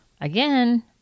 again